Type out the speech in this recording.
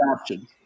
option